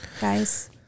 guys